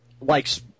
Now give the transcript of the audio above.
likes